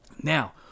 Now